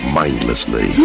mindlessly